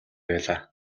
байлаа